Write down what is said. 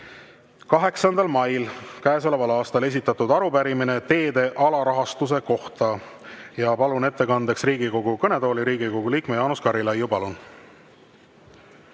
8. mail käesoleval aastal esitatud arupärimine teede alarahastuse kohta. Ja palun ettekandeks Riigikogu kõnetooli Riigikogu liikme Jaanus Karilaiu.